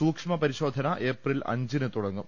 സൂക്ഷ്മ പരിശോധന ഏപ്രിൽ അഞ്ചിന് നടുക്കും